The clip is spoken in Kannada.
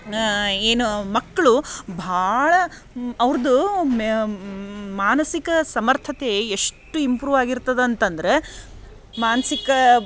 ಏನು ಮಕ್ಕಳು ಭಾಳ ಅವ್ರದ್ದೂ ಮೆ ಮಾನಸಿಕ ಸಮರ್ಥತೆ ಎಷ್ಟು ಇಂಪ್ರು ಆಗಿರ್ತದೆ ಅಂತಂದ್ರೆ ಮಾನಸಿಕ